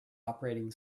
operating